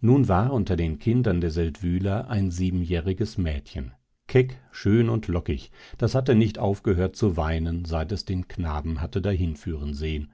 nun war unter den kindern der seldwyler ein siebenjähriges mädchen keck schön und lockig das hatte nicht aufgehört zu weinen seit es den knaben hatte dahinführen sehen